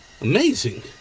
Amazing